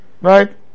Right